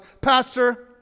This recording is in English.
Pastor